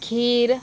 खीर